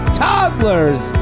toddlers